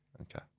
Okay